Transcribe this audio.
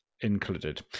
Included